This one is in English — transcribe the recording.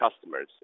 customers